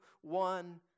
one